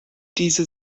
diese